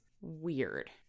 weird